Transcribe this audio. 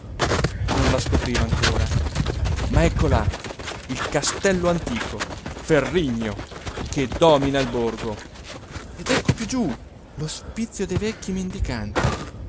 non la scopriva ancora ma ecco là il castello antico ferrigno che domina il borgo ed ecco più giù l'ospizio dei vecchi mendicanti